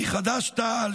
מחד"ש-תע"ל,